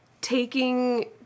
taking